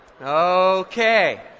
Okay